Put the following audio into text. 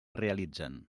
realitzen